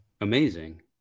amazing